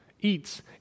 eats